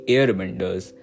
Airbenders